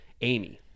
Amy